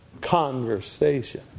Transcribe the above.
conversation